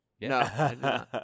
No